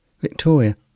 Victoria